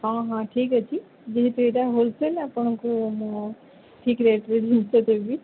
ହଁ ହଁ ଠିକ୍ ଅଛି ଯେହେତୁ ଏଇଟା ହୋଲ୍ ସେଲ୍ର ଆପଣଙ୍କୁ ମୁଁ ଠିକ୍ ରେଟ୍ରେ ଜିନିଷ ଦେବି